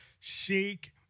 seek